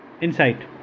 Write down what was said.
inside